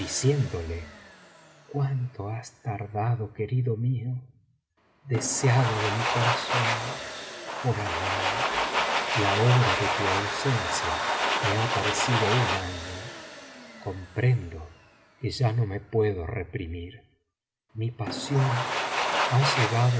cuánto has tardado querido mío deseado de mi corazón por alah la hora de tu ausencia me ha parecido un año comprendo que ya no me puedo reprimir mi pasión ha llegado